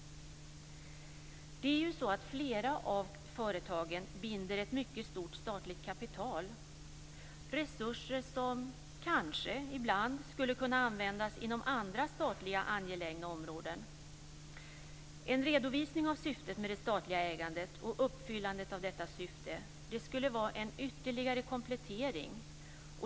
Flera av företagen binder ett mycket stort statligt kapital. Det är resurser som kanske ibland skulle kunna användas inom andra angelägna statliga områden. En redovisning av syftet med det statliga ägandet och uppfyllandet av detta syfte skulle vara en ytterligare komplettering.